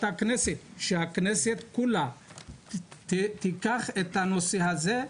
הכנסת שהכנסת כולה תיקח את הנושא הזה,